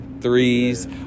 threes